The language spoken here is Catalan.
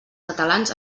catalans